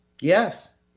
Yes